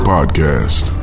Podcast